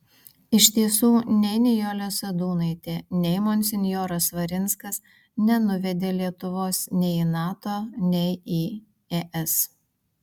iš tiesų nei nijolė sadūnaitė nei monsinjoras svarinskas nenuvedė lietuvos nei į nato nei į es